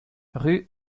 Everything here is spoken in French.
rue